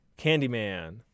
Candyman